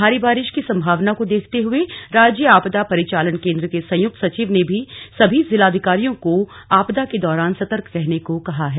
भारी बारिश की संभावना को देखर्ते हए राज्य आपदा परिचालन केंद्र के संयुक्त सचिव ने सभी जिलाधिकारियों को आपदा के दौरान सतर्क रहने को कहा है